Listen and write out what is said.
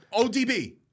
ODB